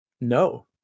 No